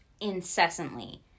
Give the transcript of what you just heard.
incessantly